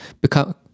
become